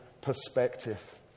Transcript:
Perspective